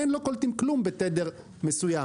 אין, לא קולטים כלום בתדר מסוים.